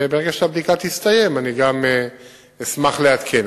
וברגע שהבדיקה תסתיים, אני גם אשמח לעדכן.